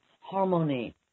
harmony